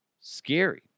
Scary